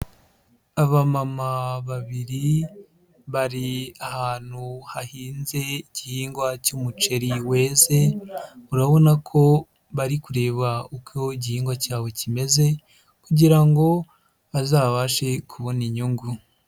Abamama babiri bari ahantu hahinze igihingwa cy'umuceri weze, urabona ko bari kureba uko igihingwa cyabo kimeze kugira ngo bazabashe kubona inyungu.